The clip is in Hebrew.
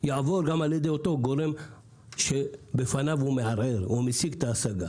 הוא יעבור גם על ידי אותו גורם שבפניו הוא מערער או משיג את ההשגה.